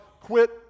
quit